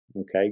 Okay